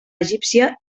egípcia